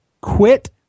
quit